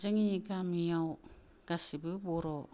जोंनि गामियाव गासिबो बर'